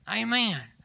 Amen